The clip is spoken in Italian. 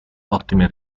ottime